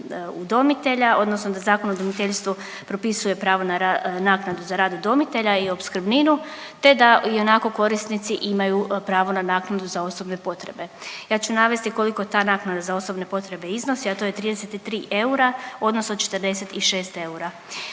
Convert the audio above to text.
udomitelja odnosno da Zakon o udomiteljstvu propisuje pravo na naknadu za rad udomitelja i opskrbninu, te da ionako korisnici imaju pravo na naknadu za osobne potrebe. Ja ću navesti koliko ta naknada za osobne potrebe iznosi, a to je 33 eura odnosno 46 eura